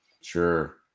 Sure